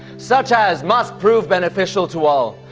such as must prove beneficial to all,